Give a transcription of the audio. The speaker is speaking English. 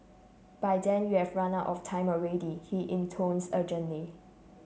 by then you have run out of time already he intones urgently